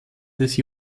des